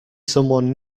someone